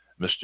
Mr